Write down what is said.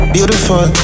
Beautiful